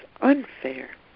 unfair